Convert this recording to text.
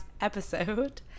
episode